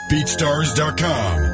BeatStars.com